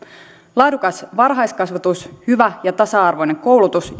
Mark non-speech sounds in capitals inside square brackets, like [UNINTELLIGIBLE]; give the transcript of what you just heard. laadukas varhaiskasvatus hyvä ja tasa arvoinen koulutus [UNINTELLIGIBLE]